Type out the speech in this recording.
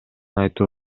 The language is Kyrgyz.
айтуу